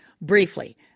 briefly